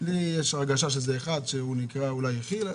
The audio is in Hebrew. לי יש הרגשה שזה אחד שנקרא אולי כי"ל,